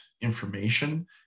information